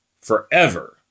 forever